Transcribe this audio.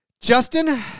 Justin